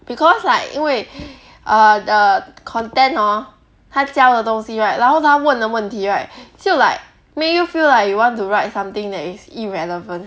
because like 因为 err the content hor 他教的东西 right 然后他问的问题 right 就 like make you feel like you want to write something that is irrelevant